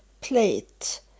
plate